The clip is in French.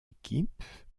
équipes